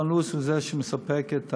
מכון לואיס הוא שמספק את